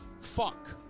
Fuck